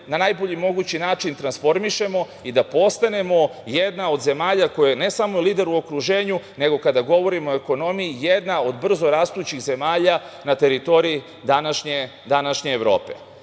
na najbolji mogući način transformišemo i da postanemo jedna od zemalja koja je ne samo lider u okruženju, nego kada govorimo o ekonomiji, jedna od brzorastućih zemalja na teritoriji današnje Evrope.